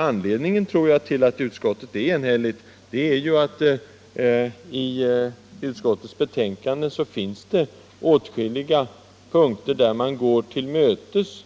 Anledningen till att utskottet är enhälligt tror jag är att man på åtskilliga punkter går till mötes